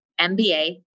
MBA